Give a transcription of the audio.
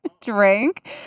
drink